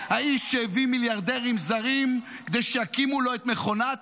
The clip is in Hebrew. האיש שהביא מיליארדרים זרים כדי שיקימו לו את מכונת